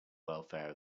welfare